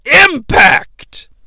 impact